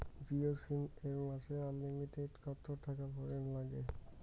Jio sim এ মাসে unlimited কত টাকা ভরের নাগে?